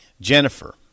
Jennifer